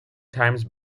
times